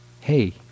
Hey